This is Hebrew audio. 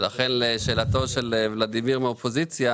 ולכן לשאלתו של ולדימיר מהאופוזיציה,